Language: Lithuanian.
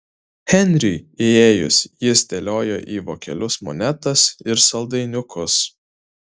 henriui įėjus jis dėliojo į vokelius monetas ir saldainiukus